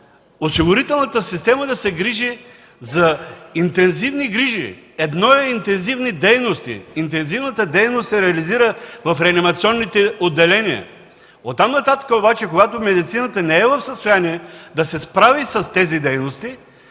осигурителната система да се грижи за интензивни грижи. Едно е интензивни дейности. Интензивната дейност се реализира в реанимационните отделения. Оттам нататък обаче, когато медицината не е в състояние да се справи с тези дейности,